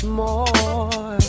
more